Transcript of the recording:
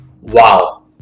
Wow